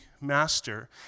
master